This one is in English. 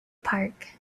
park